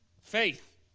faith